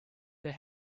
they